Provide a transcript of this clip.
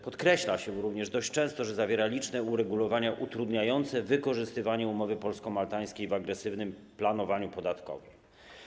Podkreśla się również dość często, że zawiera liczne uregulowania utrudniające wykorzystywanie umowy polsko-maltańskiej w agresywnym planowaniu podatkowym.